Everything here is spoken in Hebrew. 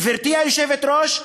גברתי היושבת-ראש,